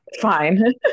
Fine